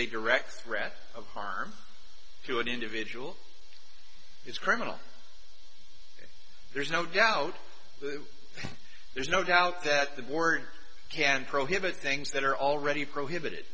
a direct threat of harm to an individual it's criminal there's no doubt there's no doubt that the board can prohibit things that are already prohibited